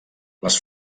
les